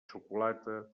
xocolate